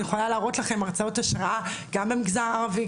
אני יכולה להראות לכם הרצאות השראה גם במגזר הערבי,